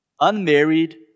unmarried